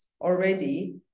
already